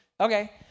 Okay